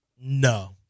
No